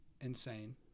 insane